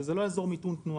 וזה לא יעזור מיתון תנועה,